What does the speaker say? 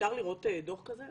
אפשר לראות דוח כזה?